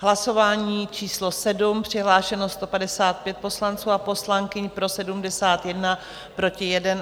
Hlasování číslo 7, přihlášeno 155 poslanců a poslankyň, pro 71, proti 1.